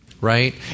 Right